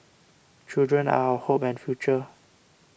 children are our hope and future